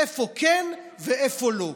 איפה כן ואיפה לא.